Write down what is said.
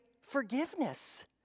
forgiveness